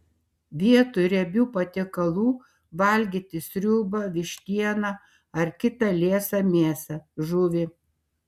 vietoj riebių patiekalų valgyti sriubą vištieną ar kitą liesą mėsą žuvį